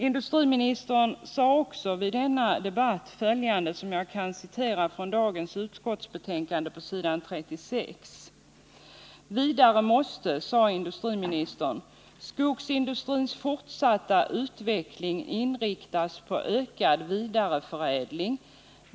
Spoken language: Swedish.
Industriministern sade också i denna debatt följande: ”Vidare måste skogsindustrins fortsatta utveckling inriktas på ökad vidareförädling.